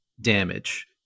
damage